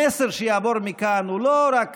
המסר שיעבור מכאן הוא לא רק,